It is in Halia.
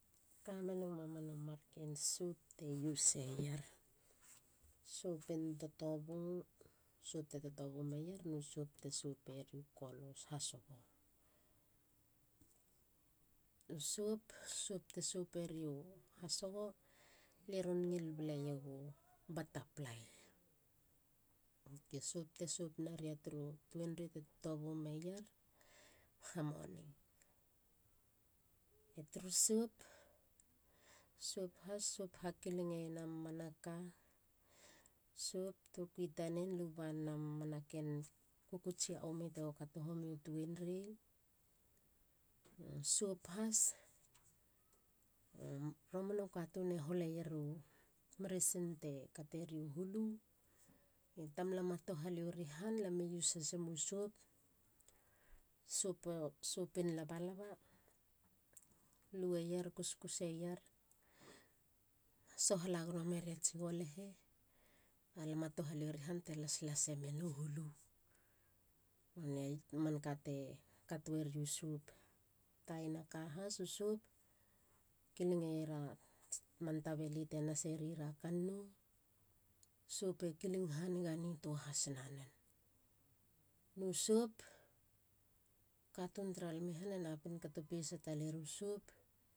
Kamenu mamanu marken sop te use eier. sopin totobu. sop te totobu meier no sop te soperiu kolos. hasogo turu sop te sop e riu hasogo. lie ron ngil baleiegu bataplai. Ok. sop te sop neria turu tuenrei te totobu meier harmony,. Turu sop. sope sop na kilingeiena mamanaka. sop tokui tanen. lubanena mamanaken kukutsia omi tego kato homiu tuenrei. no. sop has i romanu. katun e holeier u meresin te kateriu hulu ne tamlam a tohaliori han. lame use hasemu sop. sopin labalaba. lueier. kuskuseier sohala gono meriats golehe balam a tohaliori han te lasemien u hulu. nonei a manka te katueriu sop. Taina ka has u sop. kilingeiera man tabeli te naserira kannou. sop e kiling haniga nitua has nanen. no sop. katun tara lami han e napin kato pesa taleru sop.